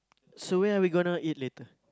so where are we gonna eat later